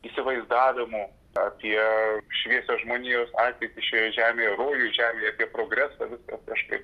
įsivaizdavimų apie šviesią žmonijos ateitį šioje žemėje rojų žemėje apie progresą viskas kažkaip